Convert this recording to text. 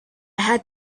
had